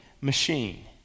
machine